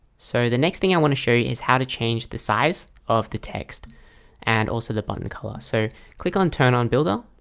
so the next thing i want to show you is how to change the size of the text and also the button color so click on turn on build up